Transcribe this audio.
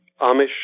Amish